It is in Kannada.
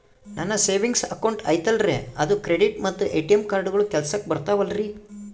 ನನ್ನ ಸೇವಿಂಗ್ಸ್ ಅಕೌಂಟ್ ಐತಲ್ರೇ ಅದು ಕ್ರೆಡಿಟ್ ಮತ್ತ ಎ.ಟಿ.ಎಂ ಕಾರ್ಡುಗಳು ಕೆಲಸಕ್ಕೆ ಬರುತ್ತಾವಲ್ರಿ?